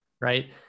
right